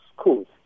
schools